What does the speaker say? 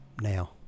now